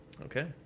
Okay